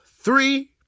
three